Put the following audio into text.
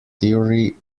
theory